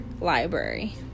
library